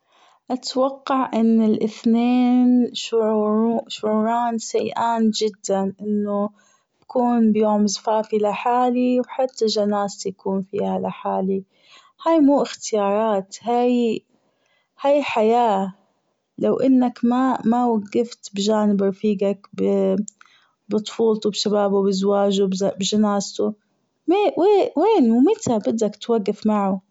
أتوقع أن الأثنين شعورو- شعوران سيئان جدا أنه بكون يوم زفافي لحالي وحتى جنازتي كون فيها لحالي هي مو أختيارات هي هي حياة لو إنك ما ما وجفت بجانب رفيجك بطفولته بشبابه بزواجه بجنازته وين- وين ومتى بدك توجف معه.